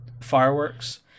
fireworks